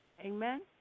Amen